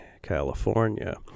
California